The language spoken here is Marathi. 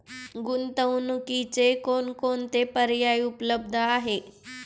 गुंतवणुकीचे कोणकोणते पर्याय उपलब्ध आहेत?